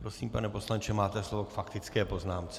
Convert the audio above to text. Prosím, pane poslanče, máte slovo k faktické poznámce.